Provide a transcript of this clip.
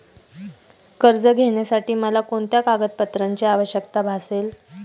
कर्ज घेण्यासाठी मला कोणत्या कागदपत्रांची आवश्यकता भासेल?